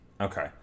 Okay